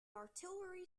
artillery